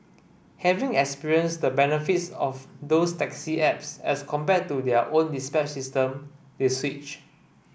having experienced the benefits of those taxi apps as compared to their own dispatch system they switch